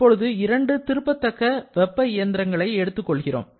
இப்போது இரண்டு திருத்தக்க வெப்ப இயந்திரங்களை எடுத்துக் கொள்கிறோம்